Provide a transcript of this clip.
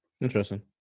Interesting